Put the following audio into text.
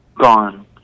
gone